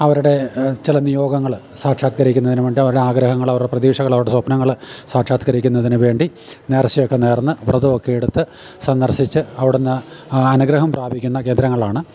അവരുടെ ചില നിയോഗങ്ങള് സാക്ഷാത്കരിക്കുന്നതിനുവേണ്ടി അവരുടെ ആഗ്രഹങ്ങള് അവരുടെ പ്രതീക്ഷകൾ അവരുടെ സ്വപ്നങ്ങള് സാക്ഷാത്കരിക്കുന്നതിനുവേണ്ടി നേർച്ചയൊക്കെ നേർന്ന് വ്രതമൊക്കെ എടുത്ത് സന്ദർശിച്ച് അവിടുന്ന് അനുഗ്രഹം പ്രാപിക്കുന്ന കേന്ദ്രങ്ങളാണ്